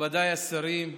מכובדיי השרים,